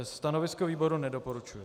Stanovisko výboru nedoporučuje.